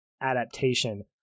adaptation